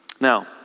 Now